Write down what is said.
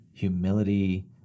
Humility